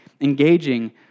engaging